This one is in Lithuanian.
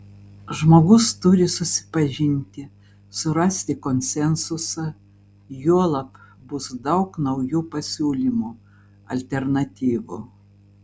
žmogus turi susipažinti surasti konsensusą juolab bus daug naujų pasiūlymų alternatyvų